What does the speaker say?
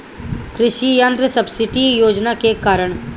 कृषि यंत्र सब्सिडी योजना के कारण?